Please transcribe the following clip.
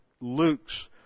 Luke's